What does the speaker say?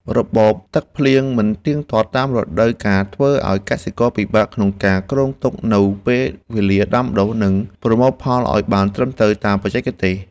របបទឹកភ្លៀងមិនទៀងទាត់តាមរដូវកាលធ្វើឱ្យកសិករពិបាកក្នុងការគ្រោងទុកនូវពេលវេលាដាំដុះ និងប្រមូលផលឱ្យបានត្រឹមត្រូវតាមបច្ចេកទេស។